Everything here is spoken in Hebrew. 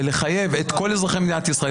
ולחייב את כל אזרחי מדינת ישראל,